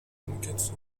amikeco